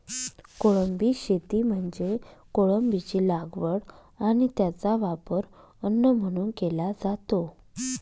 कोळंबी शेती म्हणजे कोळंबीची लागवड आणि त्याचा वापर अन्न म्हणून केला जातो